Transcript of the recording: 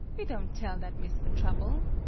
we don' tell that mr. trouble.